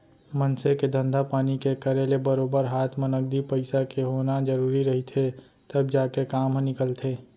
मनसे के धंधा पानी के करे ले बरोबर हात म नगदी पइसा के होना जरुरी रहिथे तब जाके काम ह निकलथे